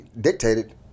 dictated